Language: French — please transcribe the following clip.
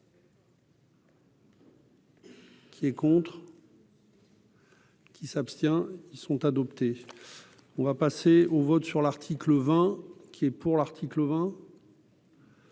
Qui est contre. Qui s'abstient ils sont adoptés, on va passer au vote sur l'article 20 qui est pour l'article 20.